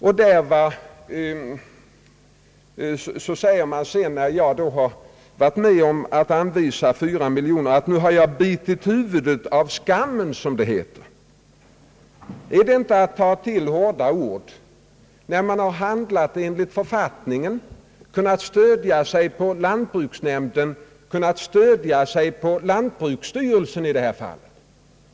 Och sedan säger man, när jag varit med om att anvisa 4 miljoner, att jag har bitit huvudet av skammen — som det heter. är det inte att ta till hårda ord — när jag har handlat enligt författningen, kunnat stödja mig på lantbruksnämnden och lantbruksstyrelsen?